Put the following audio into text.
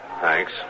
Thanks